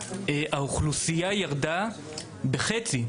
אוכלוסיית ירושלים ירדה בחצי.